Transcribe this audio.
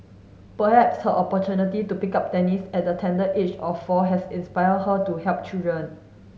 perhaps her opportunity to pick up tennis at the tender age of four has inspired her to help children